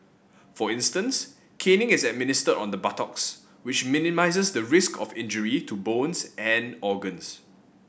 for instance caning is administered on the buttocks which minimises the risk of injury to bones and organs